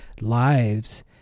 lives